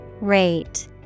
rate